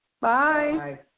Bye